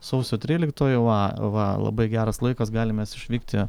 sausio tryliktoji va va labai geras laikas galim mes išvykti